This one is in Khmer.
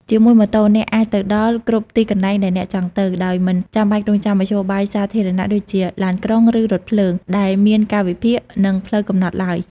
ជាមួយម៉ូតូ អ្នកអាចទៅដល់ គ្រប់ទីកន្លែងដែលអ្នកចង់ទៅ ដោយមិនចាំបាច់រង់ចាំមធ្យោបាយសាធារណៈដូចជាឡានក្រុង ឬរថភ្លើង ដែលមានកាលវិភាគ និងផ្លូវកំណត់ឡើយ។